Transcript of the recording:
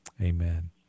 Amen